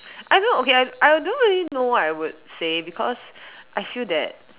I don't know okay I I don't really know what I would say because I feel that